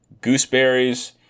gooseberries